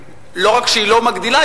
לא רק שהיא לא מגדילה,